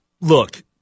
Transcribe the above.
look